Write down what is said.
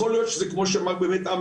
יכול להיות שזה כמו שאמר אמנון,